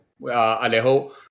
Alejo